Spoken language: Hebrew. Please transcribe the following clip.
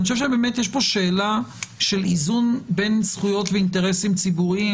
אני חושב שיש פה שאלה של איזון בין זכויות ואינטרסים ציבוריים,